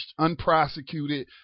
unprosecuted